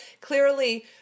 clearly